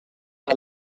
par